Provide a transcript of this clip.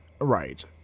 Right